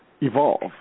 evolve